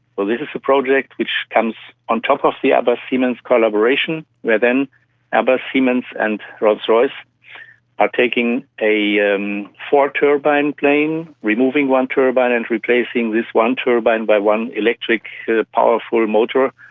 this is a project which comes on top of the other siemens collaboration, where then airbus, siemens and rolls royce are taking a um four-turbine plane, removing one turbine and replacing this one turbine by one electric powerful motor,